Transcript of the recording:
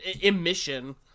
emission